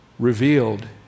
revealed